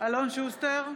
אלון שוסטר,